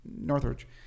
Northridge